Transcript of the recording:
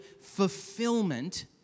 fulfillment